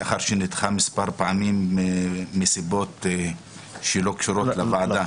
לאחר שנדחה מספר פעמים מסיבות שלא קשורות לוועדה.